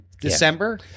December